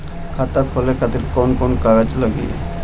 खाता खोले खातिर कौन कौन कागज लागी?